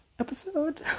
episode